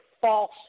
false